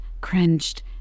cringed